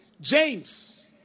James